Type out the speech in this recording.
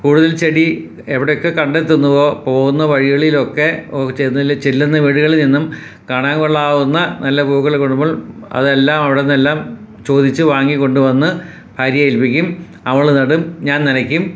കൂടുതൽ ചെടി എവിടെ ഒക്കെ കണ്ടെത്തുന്നുവോ പോകുന്ന വഴികളിലൊക്കെ ഓ ചെന്നില്ലേ ചെല്ലുന്ന വീടുകളിൽ നിന്നും കാണാൻ കൊള്ളാവുന്ന നല്ല പൂക്കള് കാണുമ്പോൾ അതെല്ലാം അവിടുന്നെല്ലാം ചോദിച്ച് വാങ്ങി കൊണ്ട് വന്ന് ഭാര്യയെ ഏൽപ്പിക്കും അവള് നടും ഞാൻ നനയ്ക്കും